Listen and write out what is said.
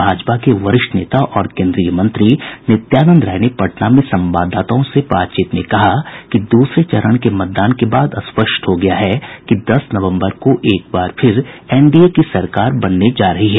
भाजपा के वरिष्ठ नेता और केन्द्रीय मंत्री नित्यानंद राय ने पटना में संवाददाताओं से बातचीत में कहा कि दूसरे चरण के मतदान के बाद स्पष्ट हो गया है कि दस नवम्बर को एक बार फिर एनडीए की सरकार बनने जा रही है